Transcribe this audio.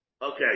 Okay